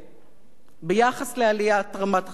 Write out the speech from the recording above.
ביחס לעליית רמת החיים הכללית.